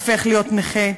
הופך להיות נכה.